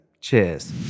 Cheers